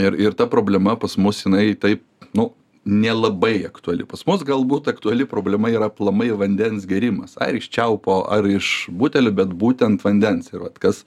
ir ir ta problema pas mus jinai taip nu nelabai aktuali pas mus galbūt aktuali problema yra aplamai vandens gėrimas ar iš čiaupo ar iš butelių bet būtent vandens ir vat kas